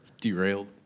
Derailed